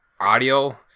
audio